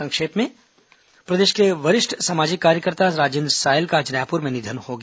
संक्षिप्त समाचार प्रदेश के वरिष्ठ सामाजिक कार्यकर्ता राजेन्द्र सायल का आज रायपुर में निधन हो गया